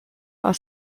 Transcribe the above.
are